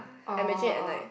I imagine at night